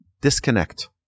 disconnect